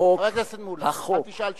חבר הכנסת מולה, אל תשאל שאלות.